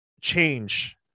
change